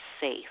safe